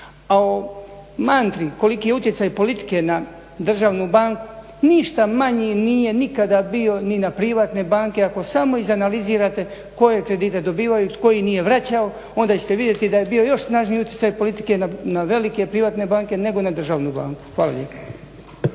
A o mantri koliki je utjecaj politike na državnu banku ništa manji nije nikada bio ni na privatne banke ako samo izanalizirate koje kredite dobivaju, tko ih nije vraćao onda ćete vidjeti da je bio još snažniji utjecaj politike na velike privatne banke nego na državnu banku. Hvala lijepo.